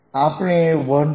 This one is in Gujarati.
આપણે 1